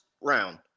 round